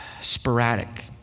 sporadic